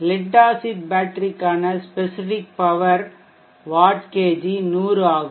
let acid பேட்டரிக்கான specific power watt KG 100 ஆகும்